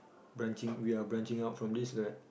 branching we are branching out from this what